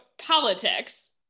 politics